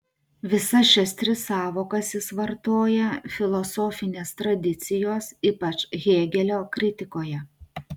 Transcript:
visas šias tris sąvokas jis vartoja filosofinės tradicijos ypač hėgelio kritikoje